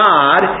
God